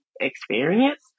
experience